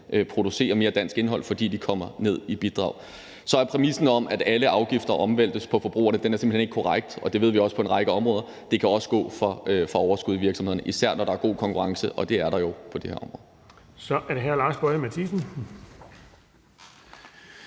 producerer mere dansk indhold, fordi de derved kommer ned i bidrag. Så præmissen om, at alle afgifter overvæltes på forbrugerne, er simpelt hen ikke korrekt. Vi ved fra en række områder, at det også kan gå fra overskuddet i virksomheden, især når der er god konkurrence, og det er der jo på det her område. Kl. 10:45 Den fg. formand